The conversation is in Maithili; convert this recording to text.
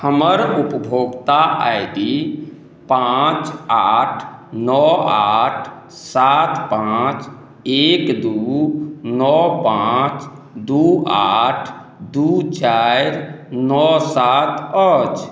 हमर उपभोक्ता आइ डी पाँच आठ नओ आठ सात पाँच एक दुइ नओ पाँच दुइ आठ दुइ चारि नओ सात अछि